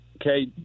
Okay